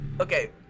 Okay